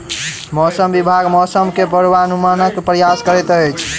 मौसम विभाग मौसम के पूर्वानुमानक प्रयास करैत अछि